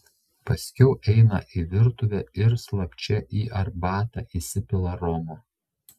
paskiau eina į virtuvę ir slapčia į arbatą įsipila romo